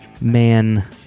Man